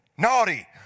Naughty